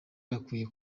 bakwiye